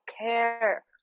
care